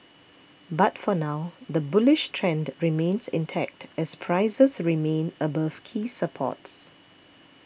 but for now the bullish trend remains intact as prices remain above key supports